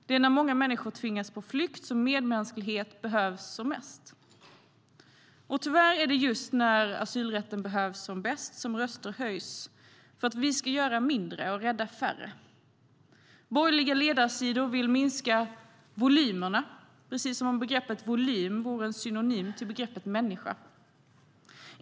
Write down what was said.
Det är när många människor tvingas på flykt som medmänsklighet behövs som mest. Och tyvärr är det just när asylrätten behövs som bäst som röster höjs för att vi ska göra mindre och rädda färre. Borgerliga ledarsidor vill minska "volymerna", precis som om begreppet volym vore en synonym till begreppet människa.